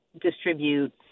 distribute